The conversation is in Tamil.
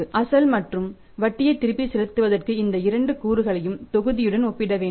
அசல் மற்றும் வட்டியை திருப்பிச் செலுத்துவதற்கு இந்த இரண்டு கூறுகளையும் தொகுதியுடன் ஒப்பிடப்பட வேண்டும்